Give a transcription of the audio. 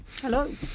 Hello